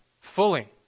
fully